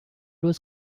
was